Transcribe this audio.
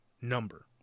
number